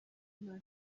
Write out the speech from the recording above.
nta